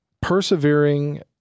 Persevering